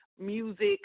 music